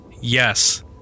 Yes